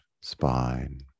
spine